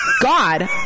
God